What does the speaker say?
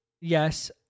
yes